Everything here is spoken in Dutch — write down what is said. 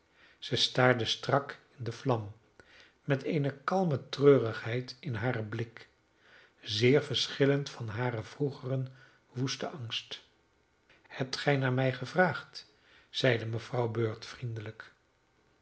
ze staarde strak in de vlam met eene kalme treurigheid in haren blik zeer verschillend van haren vroegeren woesten angst hebt gij naar mij gevraagd zeide mevrouw bird vriendelijk